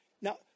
now